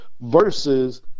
versus